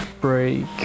break